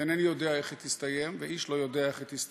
אינני יודע איך היא תסתיים ואיש לא יודע איך היא תסתיים.